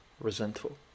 resentful